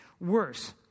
worse